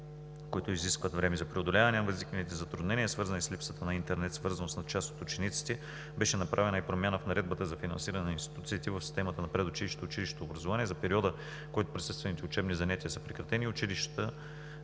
които изискват време за преодоляване на възникналите затруднения, свързани с липсата на интернет свързаност на част от учениците. Беше направена и промяна в Наредбата за финансиране на институциите в системата на предучилищното и училищното образование за периода, в който присъствените учебни занятия са прекратени. Училищата